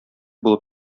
булып